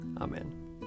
Amen